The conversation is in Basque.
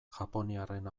japoniarren